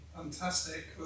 Fantastic